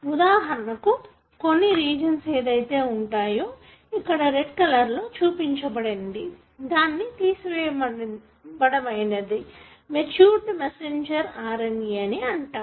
ఉదాహరణకు కొన్ని రీజన్స్ ఏదితే వుంటాయో ఇక్కడ రెడ్ కలర్ లో చూపించబడినది దానిని తీసివేయడమైనది మెట్యూర్డ్ మెసెంజర్ RNA అని అంటాము